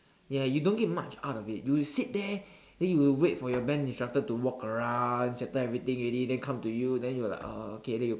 ya you don't get much out of it you will sit there then you wait for your band instructor to walk around settle everything already then come to you then you like uh okay then you